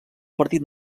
partit